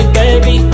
baby